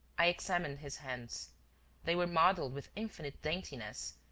i examined his hands they were modelled with infinite daintiness,